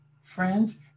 friends